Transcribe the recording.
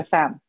Sam